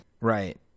Right